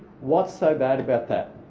what's so bad about that?